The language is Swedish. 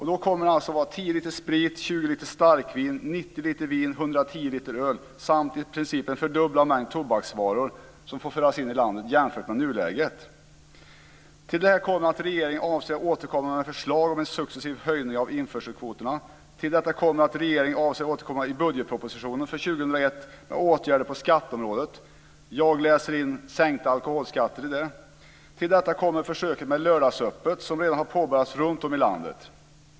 Då kommer det att vara 10 liter sprit, 20 liter starkvin, 90 liter vin, 110 liter öl samt i princip en fördubblad mängd tobaksvaror som får föras in i landet jämfört med i nuläget. Till detta kommer att regeringen avser att återkomma med förslag om en successiv höjning av införselkvoterna. Till detta kommer att regeringen avser att återkomma i budgetpropositionen för år 2001 med åtgärder på skatteområdet. Jag läser in sänkta alkoholskatter i det. Till detta kommer försöket med lördagsöppet, som redan har påbörjats runtom i landet.